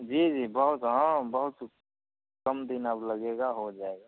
जी जी बहुत हाँ बहुत वह कम दिन अब लगेगा हो जाएगा